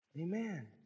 Amen